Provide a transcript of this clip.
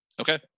Okay